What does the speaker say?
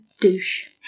douche